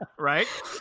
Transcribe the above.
Right